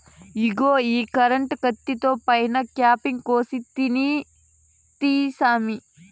ఇగో ఈ కరెంటు కత్తితో పైన కాపింగ్ కోసి తేనే తీయి సామీ